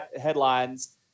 headlines